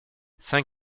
saint